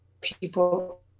people